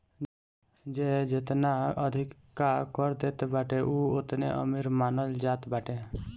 जे जेतना अधिका कर देत बाटे उ ओतने अमीर मानल जात बाटे